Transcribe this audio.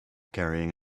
carrying